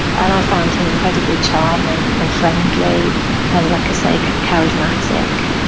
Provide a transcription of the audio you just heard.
and i found him incredibly charming and friendly and, like ah so like charismatic.